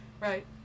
right